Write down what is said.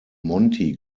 monti